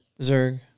Zerg